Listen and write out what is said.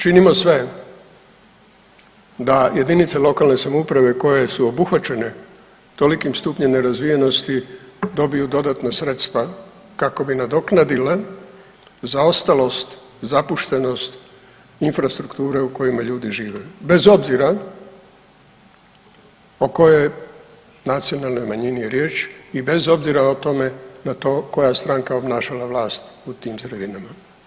Dakle, činimo sve da jedinice lokalne samouprave koje su obuhvaćene tolikim stupnjem nerazvijenosti dobiju dodatna sredstva kako bi nadoknadile zaostalost, zapuštenost infrastrukture u kojima ljudi žive bez obzira o kojoj nacionalnoj manjini riječi i bez obzira o tome, na to koja stranka obnašala vlast u tim sredinama.